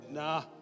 nah